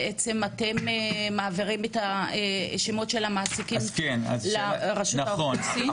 בעצם אתם מעבירים את השמות של המעסיקים לרשות האוכלוסין?